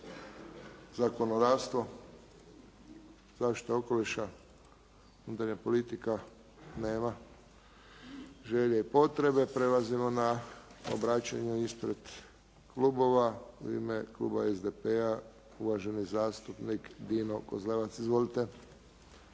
Zakonodavstvo? Zaštita okoliša? Unutarnja politika? Nema želje i potrebe. Prelazimo na obraćanje ispred klubova. U ime kluba SDP-a, uvaženi zastupnik Dino Kozlevac. Izvolite.